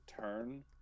turn